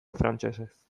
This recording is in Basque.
frantsesez